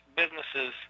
businesses